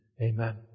Amen